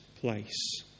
place